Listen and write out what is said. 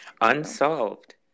Unsolved